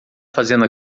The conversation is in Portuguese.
fazendo